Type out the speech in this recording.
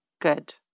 good